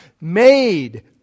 made